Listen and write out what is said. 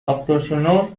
اخترشناس